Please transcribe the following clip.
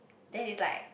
then it's like